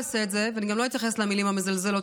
לא, עם כזה אדום וכובע, תמונה של שפחה.